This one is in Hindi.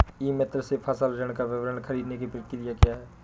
ई मित्र से फसल ऋण का विवरण ख़रीदने की प्रक्रिया क्या है?